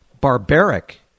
barbaric